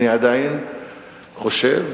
אדוני היושב-ראש,